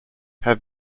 have